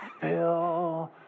Fill